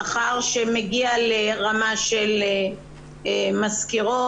שכר שמגיע לרמה של מזכירות,